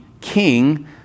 king